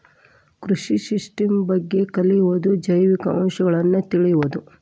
ಕೃಷಿ ಸಿಸ್ಟಮ್ ಬಗ್ಗೆ ಕಲಿಯುದು ಜೈವಿಕ ಅಂಶಗಳನ್ನ ತಿಳಿಯುದು